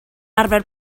arfer